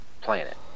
planet